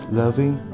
loving